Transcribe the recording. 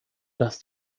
dass